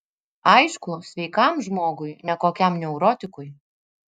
aišku sveikam žmogui ne kokiam neurotikui